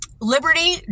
Liberty